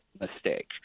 mistake